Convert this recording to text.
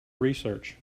research